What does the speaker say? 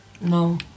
No